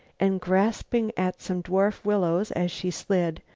and, grasping at some dwarf willows as she slid,